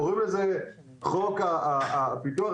קוראים לזה חוק הפיתוח,